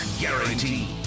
Guarantee